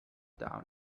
down